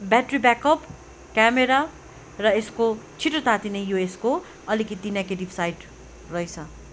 battery backup camera र यसको छिटो तातिने यो यसको अलिकिति नेगेटिभ साइड रहेछ